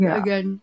again